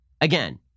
Again